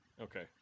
okay